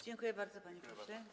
Dziękuję bardzo, panie pośle.